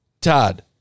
Todd